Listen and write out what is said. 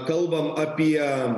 kalbam apie